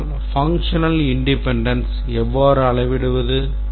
ஆனால் functional independence எவ்வாறு அளவிடுவது